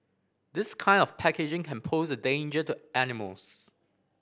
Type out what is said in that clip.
this kind of packaging can pose a danger to animals